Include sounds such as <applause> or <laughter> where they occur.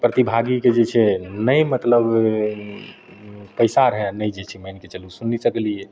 प्रतिभागी के जे छै नै मतलब पैसा रहए नै जे छै माइन कऽ चलु <unintelligible>